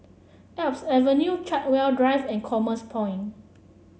Alps Avenue Chartwell Drive and Commerce Point